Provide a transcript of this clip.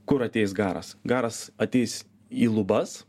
kur ateis garas garas ateis į lubas